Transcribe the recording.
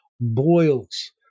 boils